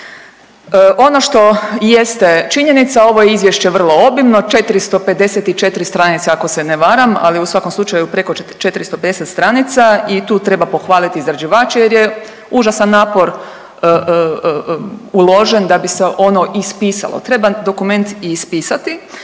Ono što jeste činjenica ovo je izvješće vrlo obimno 454 stranice ako se ne varam, ali u svakom slučaju preko 450 stranica i tu treba pohvaliti izrađivače jer je užasan napor uložen da bi se ono ispisalo, treba dokument i ispisati,